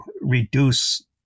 reduce